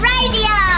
Radio